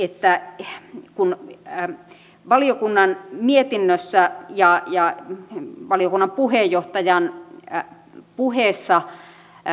että kun valiokunnan mietinnössä ja ja valiokunnan puheenjohtajan puheessa